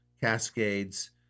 cascades